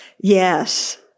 yes